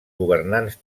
governants